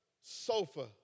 sofa